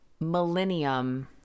Millennium